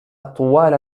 طوال